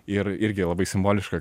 ir irgi labai simboliška